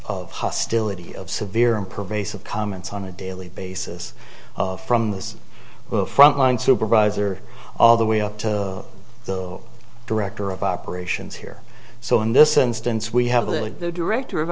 of hostility of severe and pervasive comments on a daily basis from this frontline supervisor all the way up to the director of operations here so in this instance we have the director of